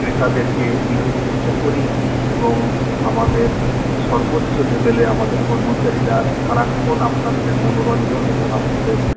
ক্রেতাদেরকে দিতে চেষ্টা করি এবং আমাদের সর্বোচ্চ লেভেলে আমাদের কর্মচারীরা সারাক্ষণ আপনাদের মনোরঞ্জন এবং আপনাদের